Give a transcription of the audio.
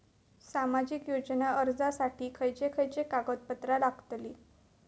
सामाजिक योजना अर्जासाठी खयचे खयचे कागदपत्रा लागतली?